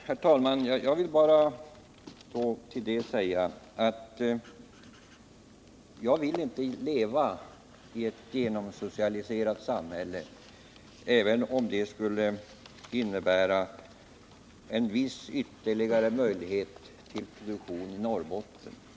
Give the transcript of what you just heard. Herr talman! Till detta vill jag bara säga att jag vill inte leva i ett genomsocialiserat samhälle, även om vi med ett sådant skulle få en viss ökning av produktionen i Norrbotten.